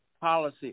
Policy